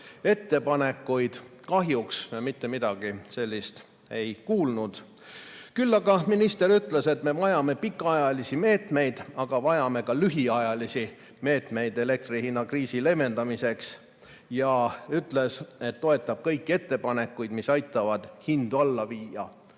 ettepanekuid. Kahjuks me aga mitte midagi sellist ei kuulnud. Minister ütles, et me vajame pikaajalisi meetmeid, aga vajame ka lühiajalisi meetmeid elektrihinna kriisi leevendamiseks, ja ütles, et toetab kõiki ettepanekuid, mis aitavad hindu alla viia.